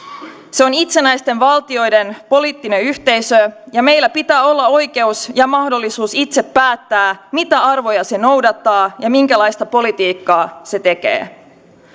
se on itsenäisten valtioiden poliittinen yhteisö ja meillä pitää olla oikeus ja mahdollisuus itse päättää mitä arvoja se noudattaa ja minkälaista politiikkaa se tekee